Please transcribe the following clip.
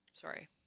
Sorry